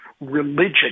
Religion